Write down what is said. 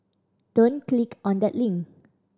don't click on that link